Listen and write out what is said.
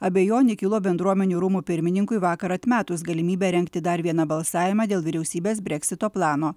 abejonė kilo bendruomenių rūmų pirmininkui vakar atmetus galimybę rengti dar vieną balsavimą dėl vyriausybės breksito plano